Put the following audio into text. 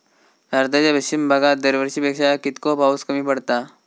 भारताच्या पश्चिम भागात दरवर्षी पेक्षा कीतको पाऊस कमी पडता?